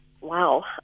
Wow